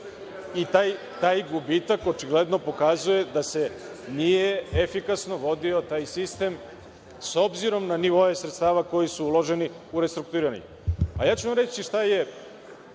i taj gubitak očigledno pokazuje da se nije efikasno vodio taj sistem s obzirom na nivoe sredstava koji su uloženi u restrukturiranje. Reći ću vam šta je